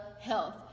Health